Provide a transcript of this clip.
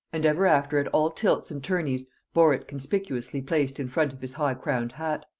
and ever after at all tilts and tourneys bore it conspicuously placed in front of his high-crowned hat.